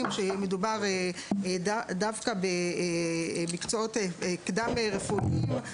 שמדובר דווקא במקצועות קדם רפואיים,